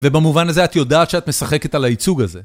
ובמובן הזה את יודעת שאת משחקת על הייצוג הזה.